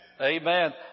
Amen